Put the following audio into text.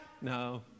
No